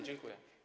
Dziękuję.